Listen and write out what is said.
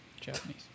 Japanese